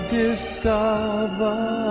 discover